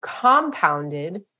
compounded